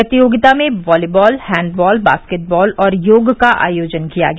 प्रतियोगिता में volleyball handball basketball और योग का आयोजन किया गया